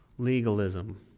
legalism